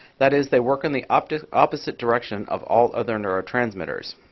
that is they work in the opposite opposite direction of all other neurotransmitters.